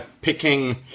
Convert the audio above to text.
picking